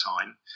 time